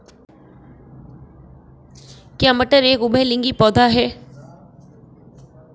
क्या मटर एक उभयलिंगी पौधा है?